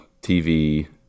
TV